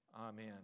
Amen